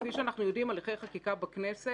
כפי שאנחנו יודעים על הליכי חקיקה בכנסת,